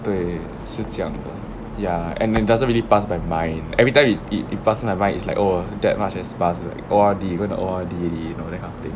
对是这样的 ya and it doesn't really pass my mind every time it it it pass my mind it's like oh that much has passed like O_R_D they even O_R_D already you know that kind of thing